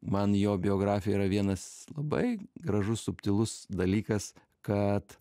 man jo biografija yra vienas labai gražus subtilus dalykas kad